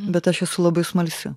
bet aš esu labai smalsi